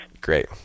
great